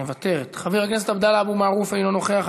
מוותרת, חבר הכנסת עבדאללה אבו מערוף, אינו נוכח,